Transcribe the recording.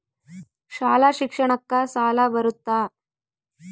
ಶಾಲಾ ಶಿಕ್ಷಣಕ್ಕ ಸಾಲ ಬರುತ್ತಾ?